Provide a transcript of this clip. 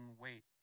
weight